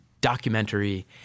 documentary